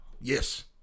Yes